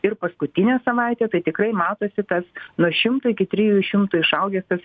ir paskutinę savaitę tai tikrai matosi tas nuo šimto iki trijų šimtų išaugęs tas